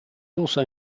also